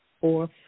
Fourth